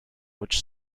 which